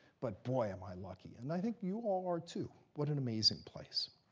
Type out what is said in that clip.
but boy, am i lucky. and i think you all are, too. what an amazing place.